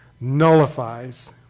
nullifies